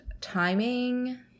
timing